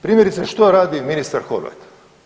Primjerice što radi ministar Horvat?